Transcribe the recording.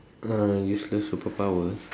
uh useless superpower